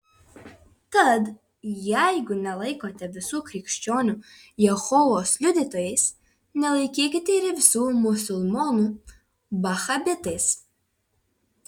tad jeigu nelaikote visų krikščionių jehovos liudytojais nelaikykite ir visų musulmonų vahabitais